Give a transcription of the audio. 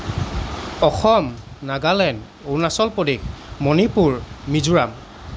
Assam Nagaland Arunachal Pradesh Manipur Mizoram